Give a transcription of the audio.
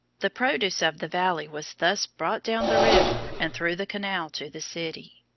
the produce of the valley was thus brought down the river and through the canal to the city.